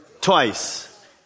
Twice